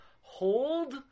hold